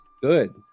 good